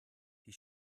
die